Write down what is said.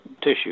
tissue